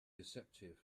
deceptive